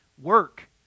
work